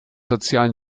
sozialen